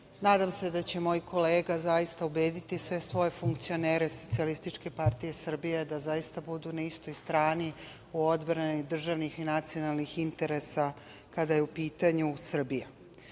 nadam se da će moj kolega zaista ubediti sve svoje funkcionere SPS da zaista budu na istoj strani u odbrani državnih i nacionalnih interesa kada je u pitanju Srbija